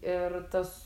ir tas